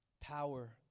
Power